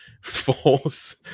False